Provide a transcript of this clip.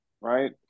right